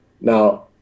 Now